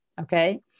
okay